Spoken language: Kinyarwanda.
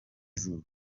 izuba